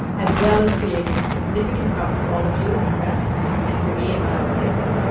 as well as creating a significant problem for all of you in the press and for me in bioethics.